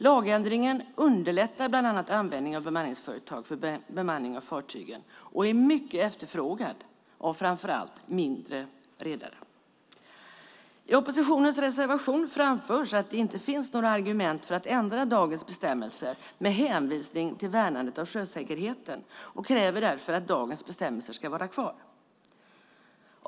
Lagändringen underlättar bland annat användningen av bemanningsföretag för bemanning av fartyg och är mycket efterfrågad av framför allt mindre redare. I oppositionens reservation framförs att det inte finns några argument för att ändra dagens bestämmelser med hänvisning till värnandet av sjösäkerheten, och man kräver därför att dagens bestämmelser ska vara kvar.